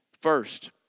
First